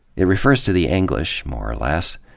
it refers to the english, more or less,